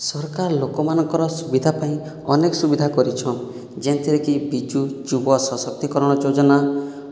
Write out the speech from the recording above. ସରକାର ଲୋକମାନଙ୍କର ସୁବିଧା ପାଇଁ ଅନେକ ସୁବିଧା କରିଛଁନ୍ ଯେନ୍ଥିରେକି ବିଜୁ ଯୁବ ସଶକ୍ତିକରଣ ଯୋଜନା